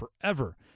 forever